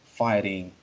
fighting